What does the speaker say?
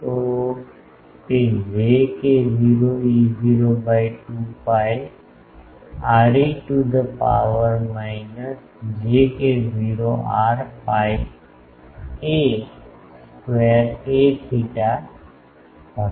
તો તે j k0 E0 by 2 pi r e to the power minus j k0 r pi a square aθ હશે